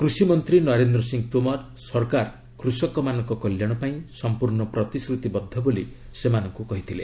କୃଷିମନ୍ତ୍ରୀ ନରେନ୍ଦ୍ର ସିଂହ ତୋମାର ସରକାର କୃଷକମାନଙ୍କ କଲ୍ୟାଣ ପାଇଁ ସମ୍ପର୍ଶ୍ଣ ପ୍ରତିଶ୍ରତିବଦ୍ଧ ବୋଲି ସେମାନଙ୍କୁ କହିଥିଲେ